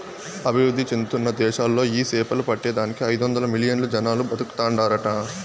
అభివృద్ధి చెందుతున్న దేశాలలో ఈ సేపలు పట్టే దానికి ఐదొందలు మిలియన్లు జనాలు బతుకుతాండారట